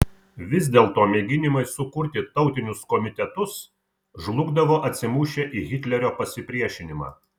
vis dėlto mėginimai sukurti tautinius komitetus žlugdavo atsimušę į hitlerio pasipriešinimą